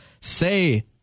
say